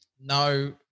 No